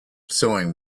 sewing